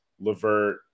Levert